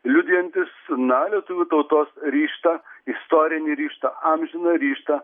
liudijantis na lietuvių tautos ryžtą istorinį ryžtą amžiną ryžtą